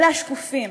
אלה השקופים.